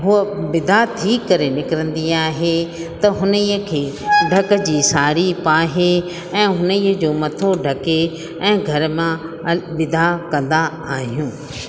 हूअ बिदा थी करे निकिरंदी आहे त हुन खे डक जी साढ़ी पाहे ऐं हुनीअ जो मथो ढके ऐं घर मां अलविदा कंदा आहियूं